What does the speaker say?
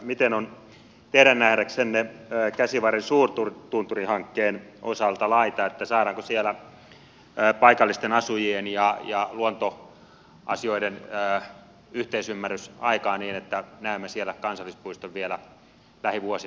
miten on teidän nähdäksenne käsivarren suurtunturihankkeen osalta laita saadaanko siellä paikallisten asujien ja luontoasioiden yhteisymmärrys aikaan niin että näemme siellä kansallispuiston vielä lähivuosina